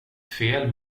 fel